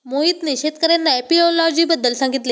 मोहितने शेतकर्यांना एपियोलॉजी बद्दल सांगितले